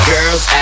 Girls